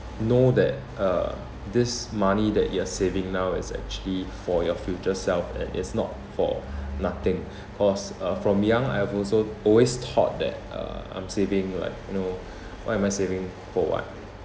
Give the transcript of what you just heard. know that um this money that you are saving now is actually for your future self and it's not for nothing cause uh from young I have also always thought that uh I'm saving like you know why am I saving for what